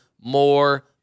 more